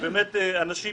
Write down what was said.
שעת רצון.